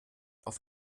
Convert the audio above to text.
auf